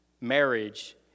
marriage